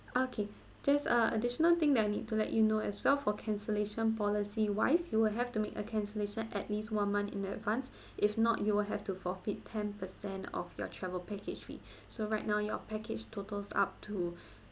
okay just uh additional thing that I need to let you know as well for cancellation policy wise you will have to make a cancellation at least one month in advance if not you will have to forfeit ten percent of your travel package fee so right now your package totals up to